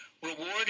reward